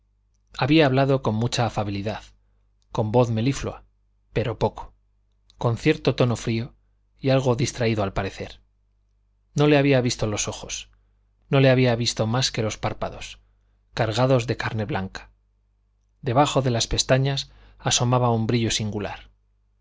había hablado con mucha afabilidad con voz meliflua pero poco con cierto tono frío y algo distraído al parecer no le había visto los ojos no le había visto más que los párpados cargados de carne blanca debajo de las pestañas asomaba un brillo singular